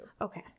Okay